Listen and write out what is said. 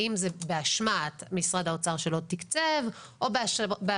האם זה באשמת משרד האוצר שלא תקצב או באשמת